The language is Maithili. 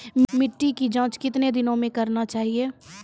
मिट्टी की जाँच कितने दिनों मे करना चाहिए?